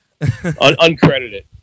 uncredited